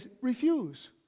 refuse